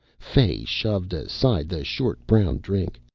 fay shoved aside the short brown drink.